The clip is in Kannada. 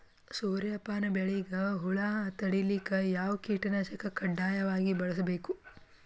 ಸೂರ್ಯಪಾನ ಬೆಳಿಗ ಹುಳ ತಡಿಲಿಕ ಯಾವ ಕೀಟನಾಶಕ ಕಡ್ಡಾಯವಾಗಿ ಬಳಸಬೇಕು?